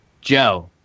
joe